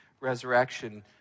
resurrection